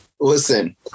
Listen